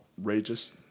outrageous